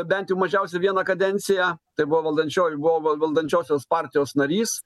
bent jau mažiausiai vieną kadenciją tai buvo valdančioji buvo val valdančiosios partijos narys